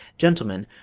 gentlemen,